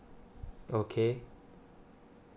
okay